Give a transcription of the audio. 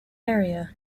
area